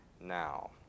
now